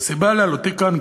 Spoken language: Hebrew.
והסיבה לעלותי כאן,